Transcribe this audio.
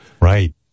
Right